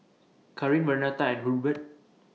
Kareen Vernetta and Hurbert